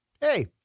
hey